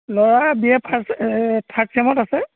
ল'ৰা B A first third ছেমত আছে